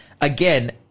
again